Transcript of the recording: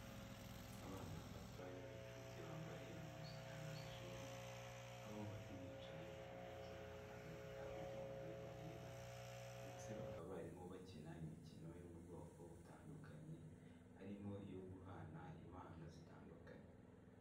Abana batoya b'incuke bambaye impuzankano z'ishuri, aho bari bicaye ku meza y'ahantu habugenewe barira ndetse bakaba barimo bakina imikino yo mu bwoko butandukanye, harimo iyo guhana impano zitandukanye.